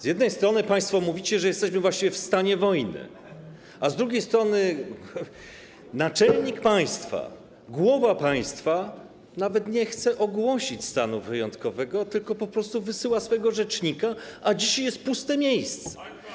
Z jednej strony państwo mówicie, że jesteśmy właściwie w stanie wojny, a z drugiej strony naczelnik państwa, głowa państwa nawet nie chce ogłosić stanu wyjątkowego, tylko po prostu wysyła swojego rzecznika, a jego miejsce jest dzisiaj puste.